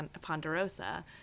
Ponderosa